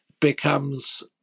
becomes